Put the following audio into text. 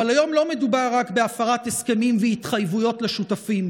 אבל היום לא מדובר רק על הפרת הסכמים והתחייבויות לשותפים,